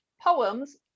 poems